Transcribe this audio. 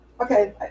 okay